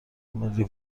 ملی